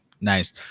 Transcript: nice